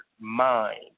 mind